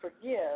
forgive